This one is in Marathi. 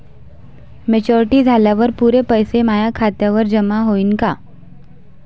मॅच्युरिटी झाल्यावर पुरे पैसे माया खात्यावर जमा होईन का?